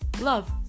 Love